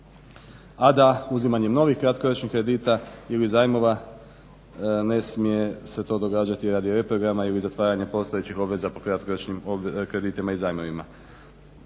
a da uzimanjem novih kratkoročnih kredita ili zajmova ne smije se to događati radi reprograma ili zatvaranja postojećih obveza po kratkoročnim kreditima i zajmovima.